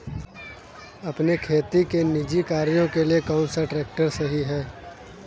अपने खेती के निजी कार्यों के लिए कौन सा ट्रैक्टर सही है?